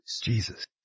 Jesus